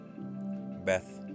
Beth